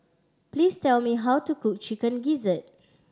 please tell me how to cook Chicken Gizzard